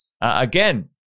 Again